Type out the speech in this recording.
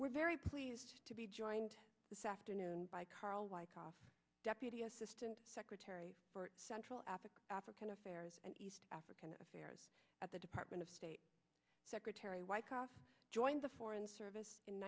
we're very pleased to be joined this afternoon by carl white deputy assistant secretary for central africa african affairs and east african affairs at the department of state secretary weisskopf joined the foreign service in